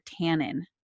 tannin